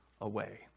away